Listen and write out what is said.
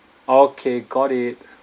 okay got it